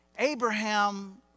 Abraham